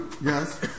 Yes